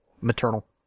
maternal